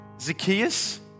Zacchaeus